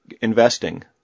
investing